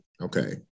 okay